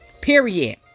period